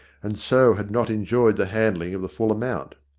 and so had not enjoyed the handling of the full amount.